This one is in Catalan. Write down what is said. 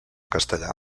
castellà